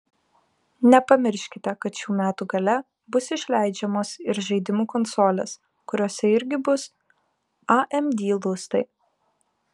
nepamirškite kad šių metų gale bus išleidžiamos ir žaidimų konsolės kuriose irgi bus amd lustai